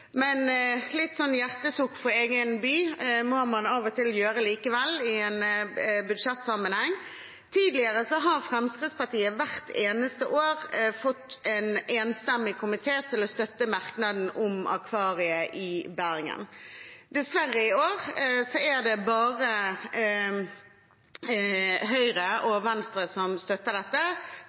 til komme med i en budsjettsammenheng. Tidligere, hvert eneste år, har Fremskrittspartiet fått en enstemmig komité til å støtte merknaden om Akvariet i Bergen. Dessverre er det i år bare Høyre og Venstre som støtter dette,